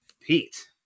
Pete